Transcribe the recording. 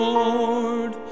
Lord